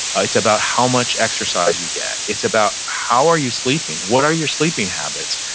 ah it's about how much exercise you get. it's about how are you sleeping? what are your sleeping habits?